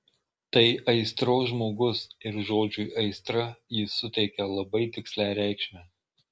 tai aistros žmogus ir žodžiui aistra jis suteikia labai tikslią reikšmę